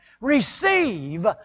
receive